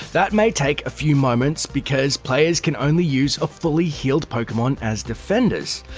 that may take a few moments, because players can only use fully-healed pokemon as defenders.